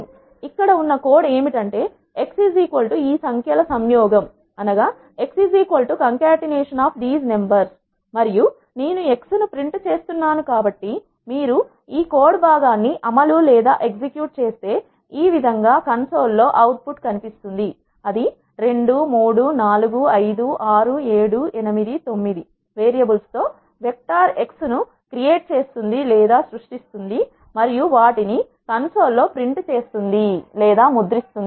ఇక్కడ ఉన్న కోడ్ ఏమిటంటే xconcatenation of these numbers మరియు నేను x ను ప్రింట్ చేస్తున్నాను కాబట్టి మీరు ఈ కోడ్ భాగాన్ని అమలు లేదా ఎగ్జిక్యూట్ చేస్తే ఈ విధంగా కన్సోల్ లో అవుట్పుట్ కనిపిస్తుంది ఇది 2 3 4 5 6 7 8 9 వేరియబుల్స్ తో వెక్టార్ ఎక్స్ ను క్రియేట్ చేస్తుంది లేదా సృష్టిస్తుంది మరియు వాటిని కన్సోల్ లో ప్రింట్ చేస్తుంది